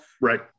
right